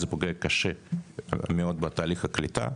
זה פוגע קשה מאוד בתהליך הקליטה.